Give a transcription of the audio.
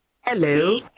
Hello